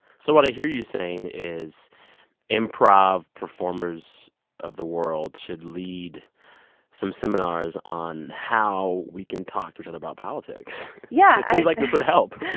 so what i hear you saying is improv performers of the world should lead some seminars on how we can talk to each other about politics yeah it seems like this would help